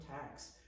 tax